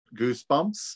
goosebumps